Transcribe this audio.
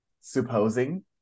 supposing